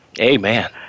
Amen